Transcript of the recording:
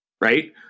right